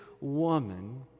woman